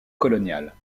coloniale